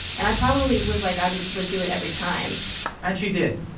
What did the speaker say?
and i probably was like, i would do it every time and she did.